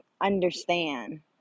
understand